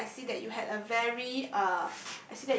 oh !wow! I see that you had a very uh